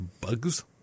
Bugs